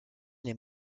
les